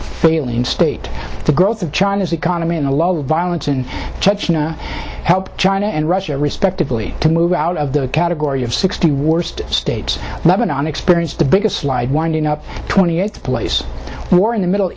failing state the growth of china's economy and a lot of violence in chechnya help china and russia respectively to move out of the category of sixty worst states lebanon experienced the biggest slide winding up twenty eighth place war in the middle